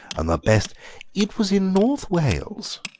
and the best it was in north wales,